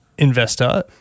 investor